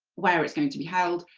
where it's going to be held,